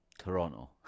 Toronto